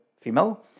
female